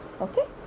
Okay